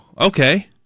okay